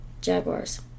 Jaguars